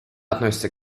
относится